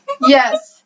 Yes